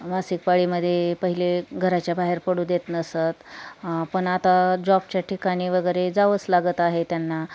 मासिकपाळीमध्ये पहिले घराच्या बाहेर पडू देत नसत पण आता जॉबच्या ठिकाणी वगैरे जावंच लागत आहे त्यांना